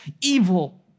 evil